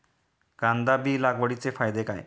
कांदा बी लागवडीचे फायदे काय?